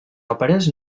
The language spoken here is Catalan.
òperes